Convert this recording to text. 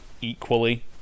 equally